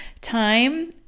time